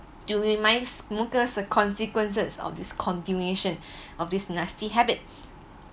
to remind smokers the consequences of this continuation of this nasty habit